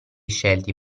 scelti